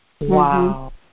Wow